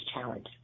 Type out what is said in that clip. challenge